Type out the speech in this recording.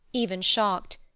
even shocked.